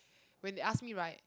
when they ask me right